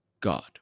God